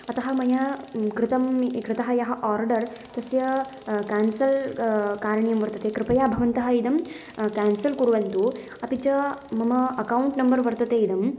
अतः मया कृतं कृतः यः ओर्डर् तस्य केन्सल् कारणीयम् वर्तते कृपया भवन्तः इदं केन्सल् कुर्वन्तु अपि च मम अकौण्ट् नम्बर् वर्तते इदम्